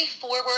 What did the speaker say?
forward